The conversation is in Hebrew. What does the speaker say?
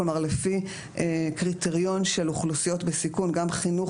כלומר לפי קריטריון של אוכלוסיות בסיכון וגם החינוך